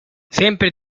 sempre